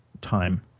time